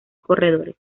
corredores